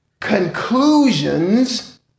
Conclusions